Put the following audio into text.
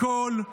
הכול.